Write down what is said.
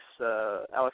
Alex